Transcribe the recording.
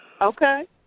Okay